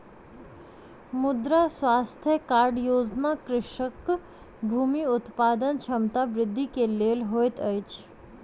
मृदा स्वास्थ्य कार्ड योजना कृषकक भूमि उत्पादन क्षमता वृद्धि के लेल होइत अछि